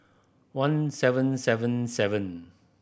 one seven seven seven